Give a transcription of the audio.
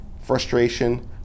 frustration